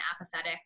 apathetic